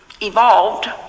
evolved